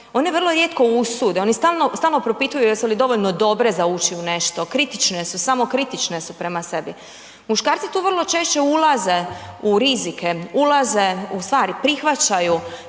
one vrlo rijetko usude, one stalno propituju jesu li dovoljno dobre za ući u nešto, kritične su, samokritične su prema sebi. Muškarci tu vrlo češće ulaze u rizike, ulaze, u stvari prihvaćaju